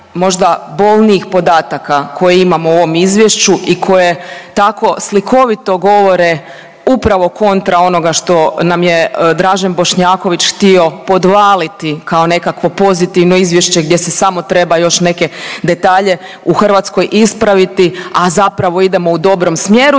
možda bolnijih podataka koje imamo u ovom Izvješću i koje tako slikovito govore upravo kontra onoga što nam je Dražen Bošnjaković htio podvaliti kao nekakvo pozitivno izvješće gdje se samo treba još neke detalje u Hrvatskoj ispraviti, a zapravo idemo u dobrom smjeru